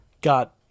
got